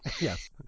Yes